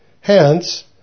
Hence